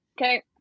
okay